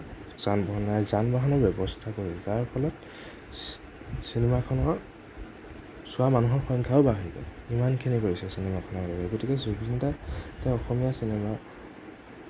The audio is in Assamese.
যান বাহন নাই যান বাহনৰ ব্যৱস্থা কৰে যাৰ ফলত চি চিনেমাখনৰ চোৱা মানুহৰ সংখ্যাও বাঢ়ে ইমানখিনি কৰিছে চিনেমানৰ বাবে গতিকে জুবিনদাক তেওঁ অসমীয়া চিনেমা